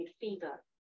fever